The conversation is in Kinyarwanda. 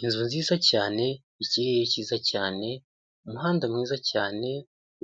Inzu nziza cyane, ikirere cyiza cyane, umuhanda mwiza cyane,